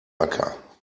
acker